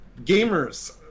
gamers